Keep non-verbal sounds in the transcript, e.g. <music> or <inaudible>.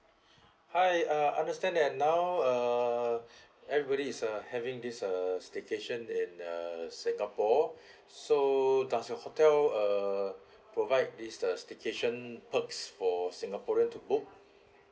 hi uh understand that now err everybody is uh having this uh staycation in uh singapore <breath> so does your hotel err provide this uh staycation perks for singaporean to book